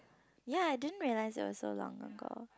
ya I didn't realise it was so long ago